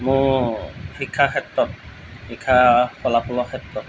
মোৰ শিক্ষা ক্ষেত্ৰত শিক্ষাৰ ফলাফলৰ ক্ষেত্ৰত